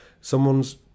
someone's